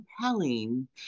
compelling